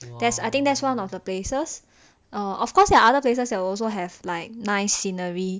that's I think that's one of the places err of course there are other places there will also have like nice scenery